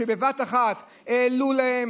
שבבת-אחת העלו להם,